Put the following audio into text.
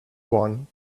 one